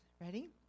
Ready